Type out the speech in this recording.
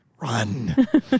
run